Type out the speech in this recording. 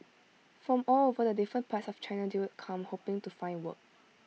from all over the different parts of China they'd come hoping to find work